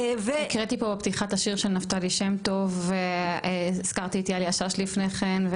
הקראתי בפתיחה את השיר של נפתלי שם טוב והזכרתי את יאלי השש לפני כן,